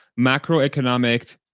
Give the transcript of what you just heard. macroeconomic